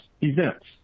events